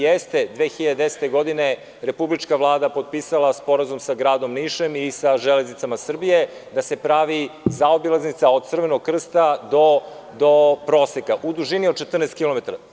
Jeste 2010. godine republička Vlada potpisala sporazum sa Gradom Nišom i sa „Železnicama Srbije“ da se pravi zaobilaznica od Crvenog Krsta do Proseka, u dužini od 14 kilometara.